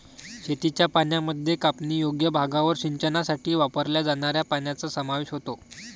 शेतीच्या पाण्यामध्ये कापणीयोग्य भागावर सिंचनासाठी वापरल्या जाणाऱ्या पाण्याचा समावेश होतो